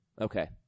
Okay